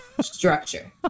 structure